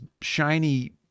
shiny